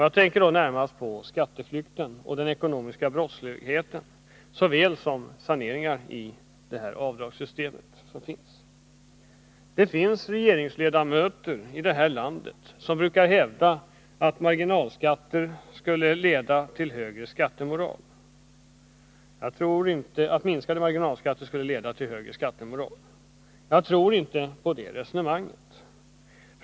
Jag tänker närmast såväl på skatteflykten och den ekonomiska brottsligheten som på saneringar i avdragssystemet. Det finns regeringsledamöter i detta land som brukar hävda att minskade marginalskatter skulle leda till högre skattemoral. Jag tror inte på det resonemanget.